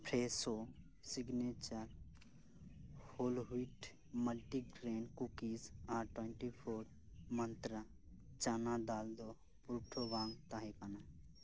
Presso signature whole wheat multigrain cookies ᱟᱨ twenty four ᱢᱟᱸᱛᱨᱟ ᱪᱟᱱᱟ ᱰᱟᱞ ᱫᱚ ᱯᱩᱨᱴᱷᱟᱹ ᱵᱟᱝ ᱛᱟᱦᱮᱸ ᱠᱟᱱᱟ